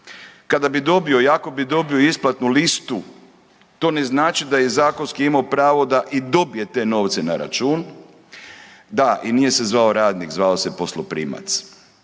Kada bi dobio i ako bi dobio isplatnu listu to ne znači da je i zakonski imao pravo da i dobije te novce na račun, da i nije se zvao radnik, zvao se posloprimac.